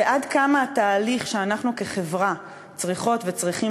ועד כמה התהליך שאנחנו כחברה צריכות וצריכים